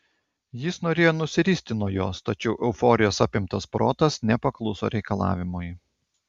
jis norėjo nusiristi nuo jos tačiau euforijos apimtas protas nepakluso reikalavimui